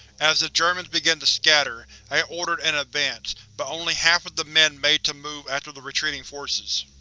as the germans began to scatter, i ordered an advance, but only half of the men made to move after the retreating forces.